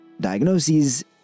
diagnoses